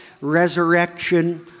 resurrection